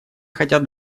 хотят